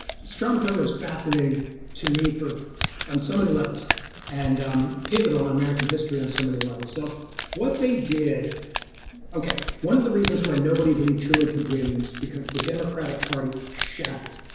strong thermal is fascinating to me for on so many levels and um pivotal in american history on and so many levels. so what they did okay, one of the reasons why nobody believed truman could win is because the democratic party shattered?